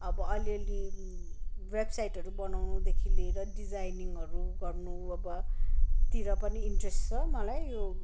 अब अलिअलि वेबसाइटहरू बनाउनुदेखि लिएर डिजाइनिङहरू गर्न अब तिर पनि इन्टरेस्ट छ मलाई